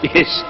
Yes